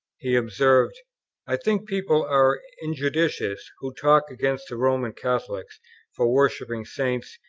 he observes i think people are injudicious who talk against the roman catholics for worshipping saints,